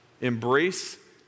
Embrace